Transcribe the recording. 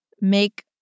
make